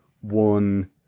one